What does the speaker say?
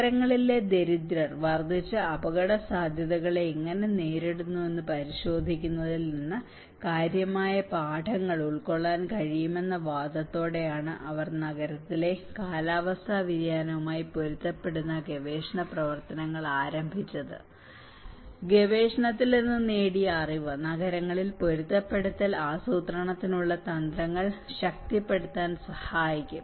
നഗരങ്ങളിലെ ദരിദ്രർ വർധിച്ച അപകടസാധ്യതകളെ എങ്ങനെ നേരിടുന്നു എന്ന് പരിശോധിക്കുന്നതിൽ നിന്ന് കാര്യമായ പാഠങ്ങൾ ഉൾക്കൊള്ളാൻ കഴിയുമെന്ന വാദത്തോടെയാണ് അവർ നഗരങ്ങളിലെ കാലാവസ്ഥാ വ്യതിയാനവുമായി പൊരുത്തപ്പെടുന്ന ഗവേഷണ പ്രവർത്തനങ്ങൾ ആരംഭിച്ചത് ഗവേഷണത്തിൽ നിന്ന് നേടിയ അറിവ് നഗരങ്ങളിൽ പൊരുത്തപ്പെടുത്തൽ ആസൂത്രണത്തിനുള്ള തന്ത്രങ്ങൾ ശക്തിപ്പെടുത്താൻ സഹായിക്കും